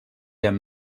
amb